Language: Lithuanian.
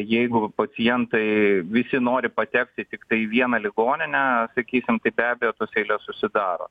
jeigu pacientai visi nori patekti tiktai į vieną ligoninę sakysim tai be abejo tos eilės susidaro